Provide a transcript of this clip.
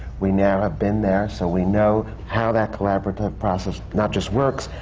we now have been there, so we know how that collaborative process, not just works,